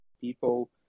people